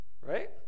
Right